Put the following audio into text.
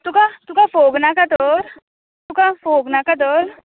तुका तुका फोग नाका तर तुका फोग नाका तर